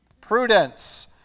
prudence